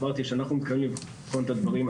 אמרתי שאנחנו מתכוונים לבחון את הדברים,